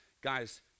guys